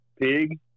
pig